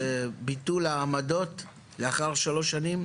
שביטול העמדות לאחר שלוש שנים,